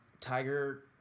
Tiger